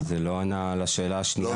זה לא ענה על השאלה השנייה.